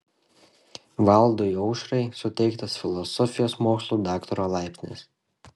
valdui aušrai suteiktas filosofijos mokslų daktaro laipsnis